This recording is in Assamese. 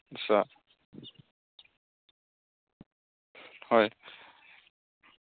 আচ্ছা হয়